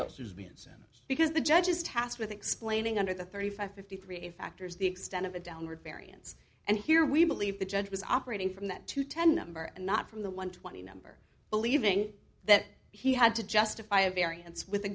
who's been sent because the judge is tasked with explaining under the thirty five fifty three factors the extent of the downward variance and here we believe the judge was operating from that to ten number and not from the one twenty number believing that he had to justify a variance with a